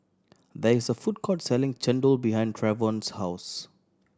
there is a food court selling chendol behind Travon's house